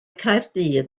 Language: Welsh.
caerdydd